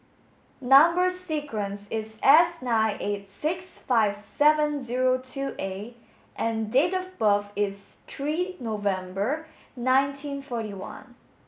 number sequence is S nine eight six five seven zero two A and date of birth is three November nineteen forty one